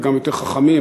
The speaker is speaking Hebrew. וגם יותר חכמים,